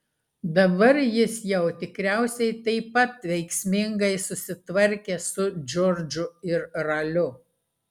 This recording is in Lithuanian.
dabar jis jau tikriausiai taip pat veiksmingai susitvarkė su džordžu ir raliu